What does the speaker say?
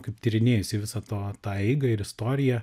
kaip tyrinėjusiai visą to tą eigą ir istoriją